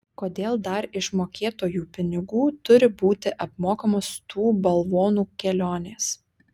kodėl dar iš mokėtojų pinigų turi būti apmokamos tų balvonų kelionės